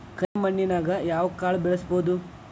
ಕರೆ ಮಣ್ಣನ್ಯಾಗ್ ಯಾವ ಕಾಳ ಬೆಳ್ಸಬೋದು?